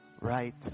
right